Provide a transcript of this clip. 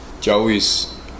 Joey's